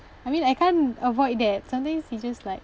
I mean I can't avoid that sometimes it just like